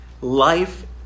life